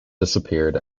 disappeared